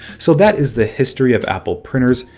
so that is the history of apple printers,